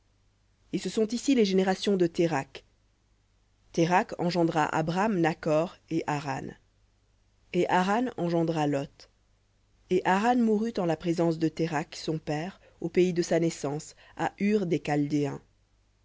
et ce sont ici les générations de térakh térakh engendra abram nakhor et haran et haran engendra lot et haran mourut en la présence de térakh son père au pays de sa naissance à ur des